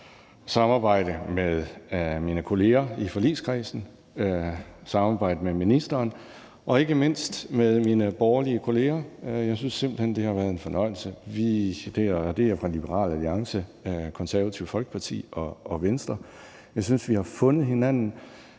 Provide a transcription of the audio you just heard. samarbejde med mine kolleger i forligskredsen, at samarbejde med ministeren og ikke mindst at samarbejde med mine borgerlige kolleger. Jeg synes simpelt hen, det har været en fornøjelse. Jeg synes, at vi, og det er kolleger fra Liberal Alliance, Det Konservative Folkeparti og Venstre, har fundet hinanden.